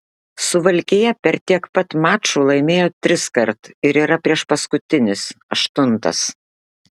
suvalkija per tiek pat mačų laimėjo triskart ir yra priešpaskutinis aštuntas